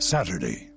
Saturday